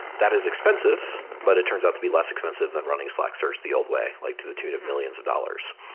that is expensive, but it turns out to be less expensive than running slack search the old way, like to the tune of millions of dollars.